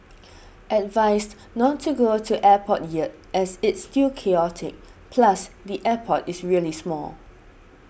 advised not to go to airport yet as it's still chaotic plus the airport is really small